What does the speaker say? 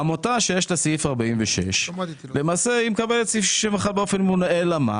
עמותה שיש לה סעיף 46, מקבלת את סעיף 61. אלא מה?